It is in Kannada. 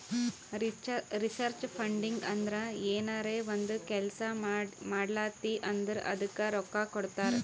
ರಿಸರ್ಚ್ ಫಂಡಿಂಗ್ ಅಂದುರ್ ಏನರೇ ಒಂದ್ ಕೆಲ್ಸಾ ಮಾಡ್ಲಾತಿ ಅಂದುರ್ ಅದ್ದುಕ ರೊಕ್ಕಾ ಕೊಡ್ತಾರ್